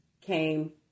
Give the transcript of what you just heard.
came